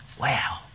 wow